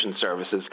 services